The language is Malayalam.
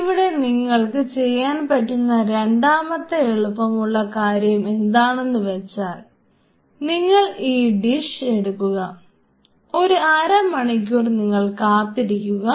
ഇവിടെ നിങ്ങൾക്ക് ചെയ്യാൻ പറ്റുന്ന രണ്ടാമത്തെ എളുപ്പമുള്ള കാര്യം എന്താണെന്ന് വെച്ചാൽ നിങ്ങൾ ഈ ഡിഷ് എടുക്കുക ഒരു അരമണിക്കൂർ നിങ്ങൾ കാത്തിരിക്കുക